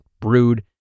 brood